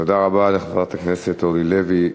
תודה רבה לחברת הכנסת אורלי לוי.